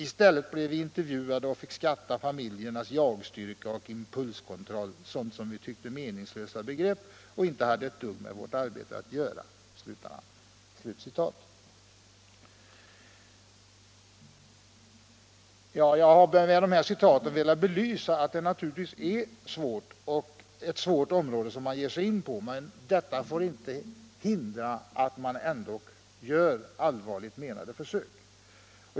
I stället blev vi intervjuade och fick starta familjernas ”jag-styrka” och ”impulskontroll” — sånt som vi tyckte var meningslösa begrepp och inte hade ett dugg med vårt arbete att göra.” Jag har med dessa citat velat bevisa att det naturligtvis är ett svårt område man ger sig in på när man gör en utvärdering, men detta får inte hindra att man ändå gör allvarligt menade försök.